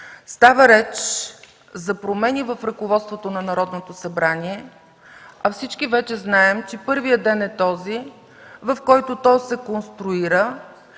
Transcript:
Става реч за промени в ръководството на Народното събрание, а всички вече знаем, че първият ден е този, в който то се конструира.